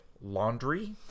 Laundry